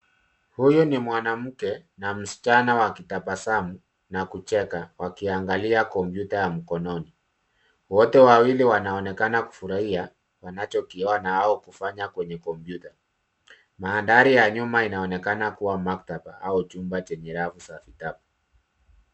Huyu ni mwanamke na msichana wakitabasamu na kucheka, wakiangalia kompyuta ya mkononi .Wote wawili wanaonekana kufurahia wanachokiona ,au kufanya kwenye kompyuta. Mandhari ya nyuma inaonekana kuwa maktaba, au chumba chenye rafu za vitabu.